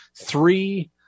Three